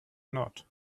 not